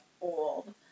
old